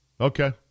Okay